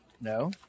No